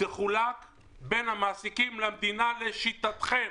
תחולק בין המעסיקים למדינה, לשיטתכם.